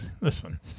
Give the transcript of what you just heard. Listen